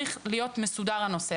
זו לא אמירה שכל מי שנכנס צריך להיקלט,